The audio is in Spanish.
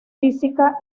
física